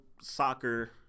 soccer